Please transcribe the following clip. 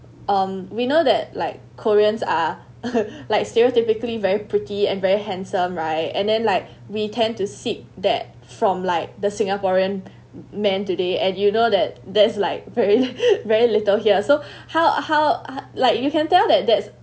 um we know that like koreans are like stereotypically very pretty and very handsome right and then like we tend to seek that from like the singaporean men today and you know that that is like very very little here so how ah how ah like you can tell that that